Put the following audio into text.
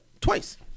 twice